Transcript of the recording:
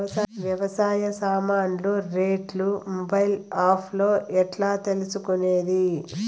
వ్యవసాయ సామాన్లు రేట్లు మొబైల్ ఆప్ లో ఎట్లా తెలుసుకునేది?